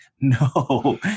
No